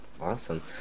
Awesome